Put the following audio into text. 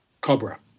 cobra